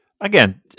again